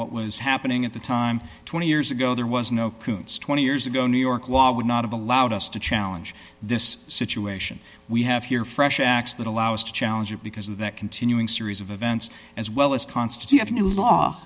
what was happening at the time twenty years ago there was no koontz twenty years ago new york law would not have allowed us to challenge this situation we have here fresh acts that allow us to challenge it because of that continuing series of events as well as constitute a new law